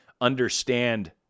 understand